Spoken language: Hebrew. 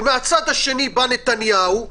ומצד שני בא נתניהו.